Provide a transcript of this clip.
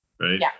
right